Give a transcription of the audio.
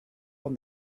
from